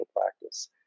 practice